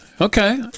Okay